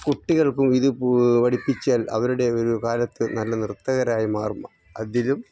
കുട്ടികൾക്കും ഇത് പഠിപ്പിച്ചാൽ അവരുടെ ഒരു കാലത്ത് നല്ല നൃത്തകരായി മാറും അതിലും